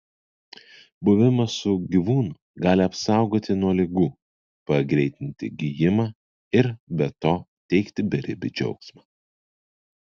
buvimas su gyvūnu gali apsaugoti nuo ligų pagreitinti gijimą ir be to teikti beribį džiaugsmą